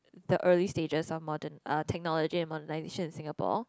the early stages of modern uh technology and modernisation in Singapore